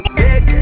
big